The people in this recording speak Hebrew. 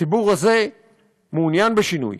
הציבור הזה מעוניין בשינוי,